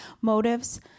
motives